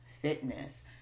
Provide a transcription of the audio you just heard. fitness